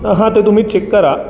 हां ते तुम्ही चेक करा